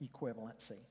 equivalency